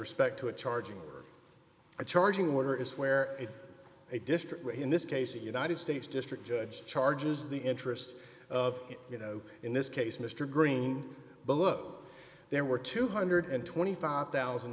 respect to a charging charging order is where it a district where in this case a united states district judge charges the interests of you know in this case mr green below there were two hundred and twenty five thousand